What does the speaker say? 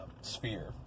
sphere